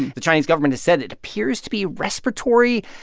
the chinese government has said it appears to be respiratory,